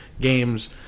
games